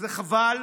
חבל